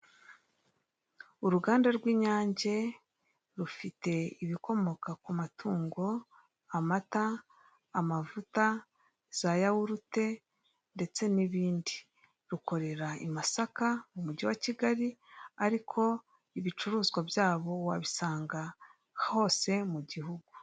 Uruganda rw'inyange rufite ibikomoka ku matungo amata, amavuta, za yawurute ndetse n'ibindi. Rukorera i Masaka mu mugi wa Kigari ariko ibicuruzwa byabo wabisanga hose mu gihugu.